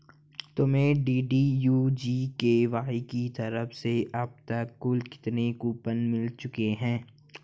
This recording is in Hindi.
तुमको डी.डी.यू जी.के.वाई की तरफ से अब तक कुल कितने कूपन मिल चुके हैं?